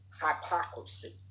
hypocrisy